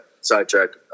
sidetracked